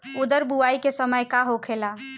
उरद बुआई के समय का होखेला?